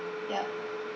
yup